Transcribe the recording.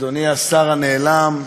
אדוני השר הנעלם,